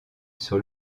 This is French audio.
sur